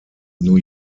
new